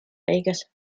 vegas